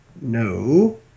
No